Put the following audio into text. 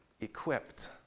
equipped